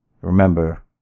Remember